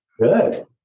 Good